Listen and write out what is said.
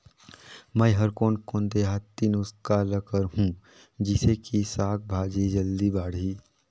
मै हर कोन कोन देहाती नुस्खा ल करहूं? जिसे कि साक भाजी जल्दी बाड़ही?